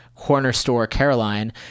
CornerStoreCaroline